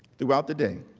throughout the day.